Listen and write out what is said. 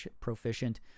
proficient